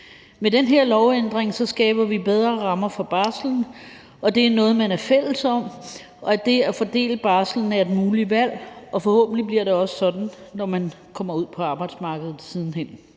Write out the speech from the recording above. Med den her lovændring skaber vi bedre rammer for barslen, og det er noget, man er fælles om, og det at fordele barslen er et muligt valg, og forhåbentlig bliver det også sådan, når man siden hen kommer ud på arbejdsmarkedet.